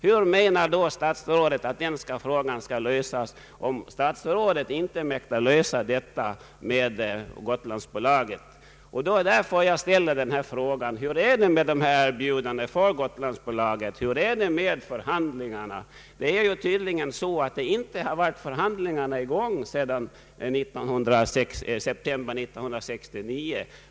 Hur menar då statsrådet att problemet skall lösas om statsrådet inte kan komma till någon uppgörelse med Gotlandsbolaget? Det är därför jag ställer frågan: Hur är det med erbjudandena från Gotlandsbolaget och med förhandlingarna? Det är tydligen så att det inte varit några förhandlingar i gång sedan september 1969.